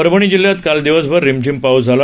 परभणी जिल्ह्यात काल दिवसभर रिमझिम पाऊस झाला